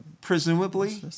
Presumably